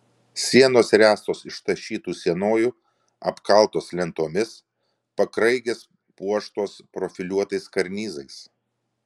sienos ręstos iš tašytų sienojų apkaltos lentomis pakraigės puoštos profiliuotais karnizais